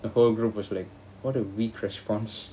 the whole group was like what a weak response